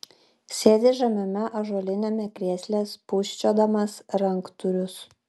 sėdi žemame ąžuoliniame krėsle spūsčiodamas ranktūrius